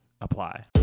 apply